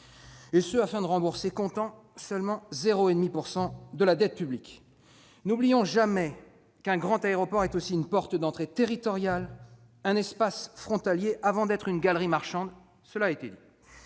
final, est de rembourser comptant seulement 0,5 % de la dette publique ... N'oublions jamais qu'un grand aéroport est aussi une porte d'entrée territoriale, un espace frontalier avant d'être une galerie marchande. Ne fallait-il